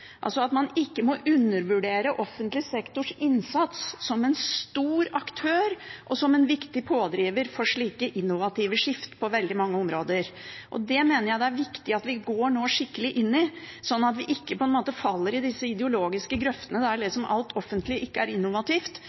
som en viktig pådriver for slike innovative skift på veldig mange områder. Det mener jeg at det er viktig at vi nå går skikkelig inn i, sånn at vi ikke på en måte faller i disse ideologiske grøftene der alt offentlig ikke er innovativt,